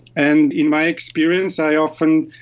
and in my experience i often,